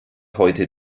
heute